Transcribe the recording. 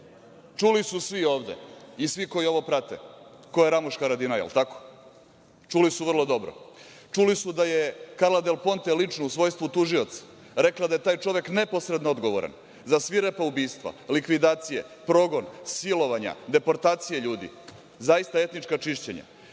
čuli su svi ovde i svi koji ovo prate ko je Ramuš Haradinaj, je li tako? Čuli su vrlo dobro. Čuli su da je Karla Del Ponte lično, u svojstvu tužioca, rekla da je taj čovek neposredno odgovoran za svirepa ubistva, likvidacije, progon, silovanja, deportacije ljudi, za ista etnička čišćenja.